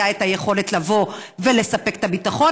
הייתה היכולת לבוא ולספק את הביטחון,